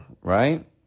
right